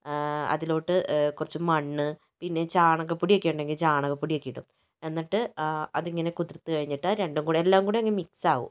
അതിലോട്ട് കുറച്ചു മണ്ണ് പിന്നെ ചാണകപ്പൊടി ഒക്കെ ഉണ്ടെങ്കിൽ ചാണകപ്പൊടി ഒക്കെ ഇടും എന്നിട്ട് അതിങ്ങനെ കുതിർന്നു കഴിഞ്ഞിട്ട് എല്ലാം കൂടി അങ്ങനെ മിക്സ് ആകും